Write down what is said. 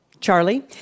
Charlie